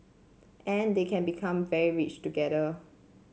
and they can become very rich together